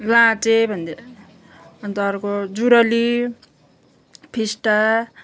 लाँचे भन अन्त अर्को जुरेली फिस्टा